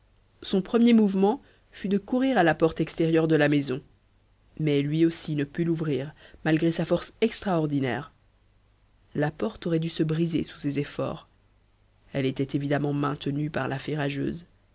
son premier mouvement fut de courir à la porte extérieure de la maison mais lui aussi ne put l'ouvrir malgré sa force extraordinaire la porte aurait dû se briser sous ses efforts elle était évidemment maintenue par la